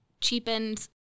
cheapened